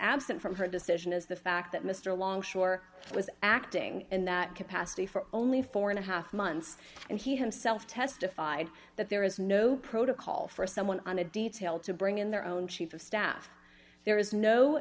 absent from her decision is the fact that mr longshore was acting in that capacity for only four and a half months and he himself testified that there is no protocol for someone on a detail to bring in their own chief of staff there is no